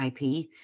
IP